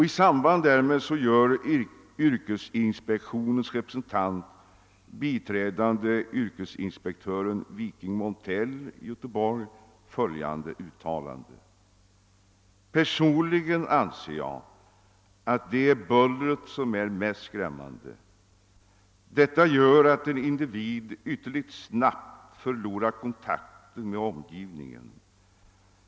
I samband därmed gör yrkesinspektionens representant, biträdande yrkesinspektören Viking Montell, Göteborg, följande uttalande: »Personligen anser jag att det är bullret som är mest skrämmande. Detta gör att en individ ytterligt snabbt förlorar kontakten med omgivningen.